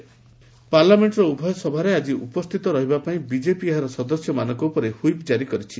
BJP whip ପାର୍ଲାମେଣ୍ଟର ଉଭୟ ସଭାରେ ଆଜି ଉପସ୍ଥିତ ରହିବାପାଇଁ ବିଜେପି ଏହାର ସଦସ୍ୟମାନଙ୍କ ଉପରେ ହି୍ୱପ୍ କାରି କରିଛି